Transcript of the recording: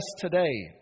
today